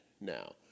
now